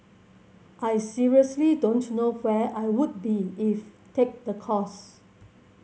I seriously don't know where I would be if take the course